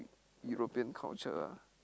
European culture ah